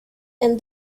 and